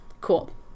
Cool